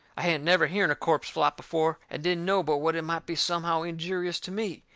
i hadn't never hearn a corpse flop before, and didn't know but what it might be somehow injurious to me,